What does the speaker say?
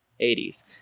80s